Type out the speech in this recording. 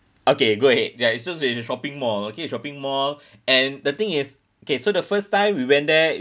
okay go ahead ya it's just in the shopping mall okay shopping mall and the thing is okay so the first time we went there